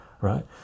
right